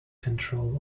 control